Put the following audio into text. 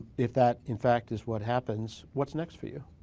if that, in fact, is what happens, what's next for you?